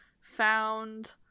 found